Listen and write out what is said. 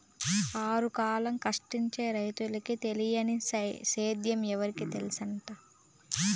ఆరుగాలం కష్టించి రైతన్నకి తెలియని సేద్యం ఎవరికి తెల్సంట